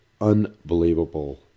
unbelievable